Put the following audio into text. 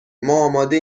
آماده